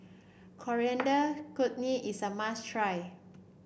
Coriander Chutney is a must try